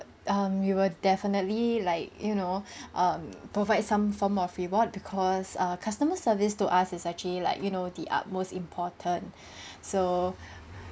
um we will definitely like you know um provide some form of reward because err customer service to us is actually like you know the utmost important so